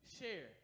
Share